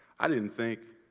i didn't think